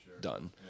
done